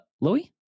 Louis